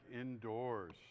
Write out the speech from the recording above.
indoors